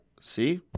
see